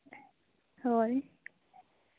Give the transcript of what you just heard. ᱦᱳᱭ